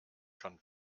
schon